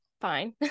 fine